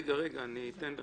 רגע, אני אתן.